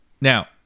Now